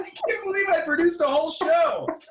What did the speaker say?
can't believe i produced a whole show.